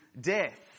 death